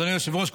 אדוני היושב-ראש,